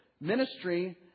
ministry